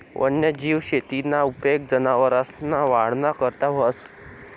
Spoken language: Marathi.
वन्यजीव शेतीना उपेग जनावरसना वाढना करता व्हस